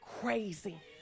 crazy